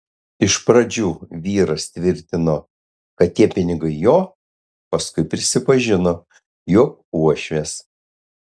iš pradžių vyras tvirtino kad tie pinigai jo paskui prisipažino jog uošvės